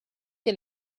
que